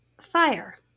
fire